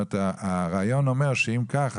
הרעיון אומר שאם כך,